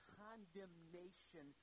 condemnation